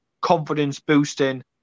confidence-boosting